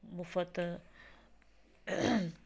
ਮੁਫਤ